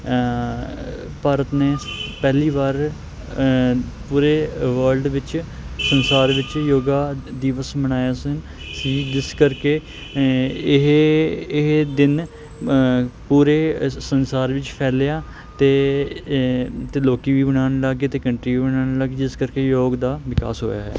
ਭਾਰਤ ਨੇ ਪਹਿਲੀ ਵਾਰ ਪੂਰੇ ਵਰਲਡ ਵਿੱਚ ਸੰਸਾਰ ਵਿੱਚ ਯੋਗਾ ਦਿਵਸ ਮਨਾਇਆ ਸੀ ਜਿਸ ਕਰਕੇ ਇਹ ਇਹ ਦਿਨ ਪੂਰੇ ਸੰਸਾਰ ਵਿੱਚ ਫੈਲਿਆ ਤੇ ਲੋਕੀ ਵੀ ਮਨਾਉਣ ਲੱਗ ਗਏ ਤੇ ਕੰਟਰੀ ਵੀ ਮਨਾਉਣ ਲੱਗ ਗਈ ਤੇ ਜਿਸ ਕਰਕੇ ਯੋਗ ਦਾ ਵਿਕਾਸ ਹੋਇਆ ਹੈ